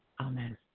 Amen